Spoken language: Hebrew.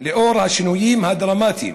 לנוכח השינויים הדרמטיים